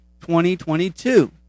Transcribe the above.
2022